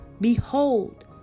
Behold